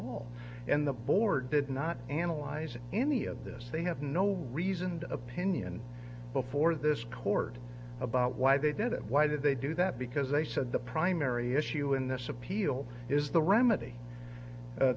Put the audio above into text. all and the board did not analyze any of this they have no reason the opinion before this court about why they did it why did they do that because they said the primary issue in this appeal is the remedy